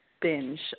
binge